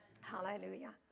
Hallelujah